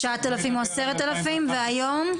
9,000 או 10,000, והיום?